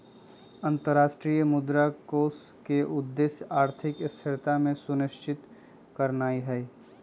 अंतरराष्ट्रीय मुद्रा कोष के उद्देश्य आर्थिक स्थिरता के सुनिश्चित करनाइ हइ